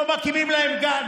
לא מקימים להם גן?